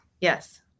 Yes